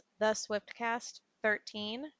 theswiftcast13